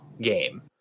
game